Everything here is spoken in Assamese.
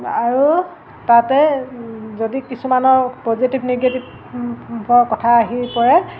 আৰু তাতে যদি কিছুমানৰ পজিটিভ নিগেটিভৰ কথা আহি পৰে